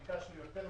ביקשנו יותר מידע,